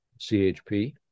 CHP